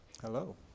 Hello